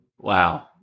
Wow